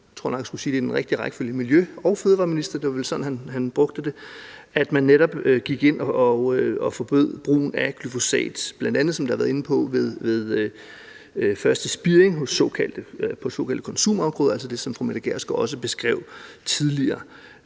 vist sige det i den rigtige rækkefølge, for det var sådan, han brugte det – gik man netop ind og forbød brugen af glyfosat, som vi bl.a. har været inde på, ved første spiring hos såkaldte konsumafgrøder, altså det, som fru Mette Gjerskov også beskrev tidligere.